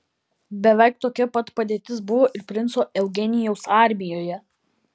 beveik tokia pat padėtis buvo ir princo eugenijaus armijoje